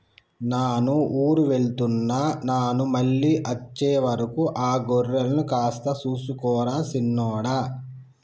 నాను ఊరు వెళ్తున్న నాను మళ్ళీ అచ్చే వరకు ఆ గొర్రెలను కాస్త సూసుకో రా సిన్నోడా